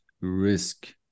risk